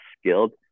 skilled